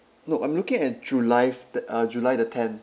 no I'm looking at july the uh july the tenth